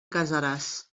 casaràs